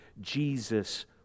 Jesus